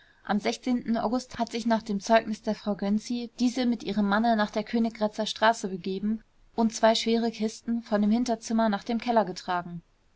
am august hat sich nach dem zeugnis der frau gönczi diese mit ihrem manne nach der königgrätzer straße begeben und zwei schwere kisten von dem hinterzimmer nach dem keller getragen